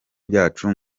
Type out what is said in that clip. byacu